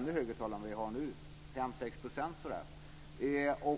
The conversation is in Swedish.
rörde sig om 5-6 %.